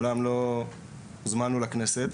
מעולם לא זומנו לכנסת.